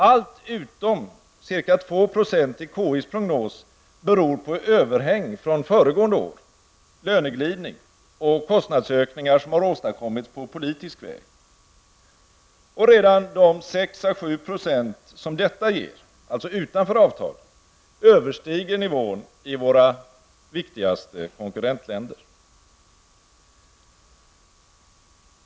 Allt utom ca 2 % i KIs prognos beror på överhäng från föregående år, löneglidning och kostnadsökningar som har åstadkommits på politisk väg. Och redan de 6 à 7 % som detta ger, dvs. utanför avtalen, överstiger nivån i våra viktigaste konkurrentländer.